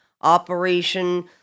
Operation